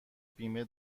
بیمه